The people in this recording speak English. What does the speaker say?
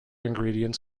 ingredients